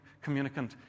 communicant